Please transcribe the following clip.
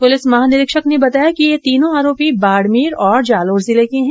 police महानिरीक्षक ने बताया कि ये तीनों आरोपी बाड़मेर और जालौर जिले के है